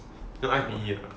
I_T_E ah